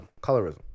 Colorism